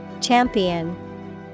Champion